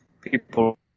People